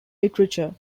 literature